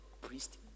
priest